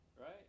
Right